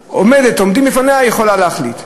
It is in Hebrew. עומדת, עומדים בפניה, היא יכולה להחליט.